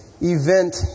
event